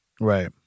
Right